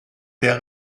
der